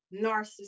narcissist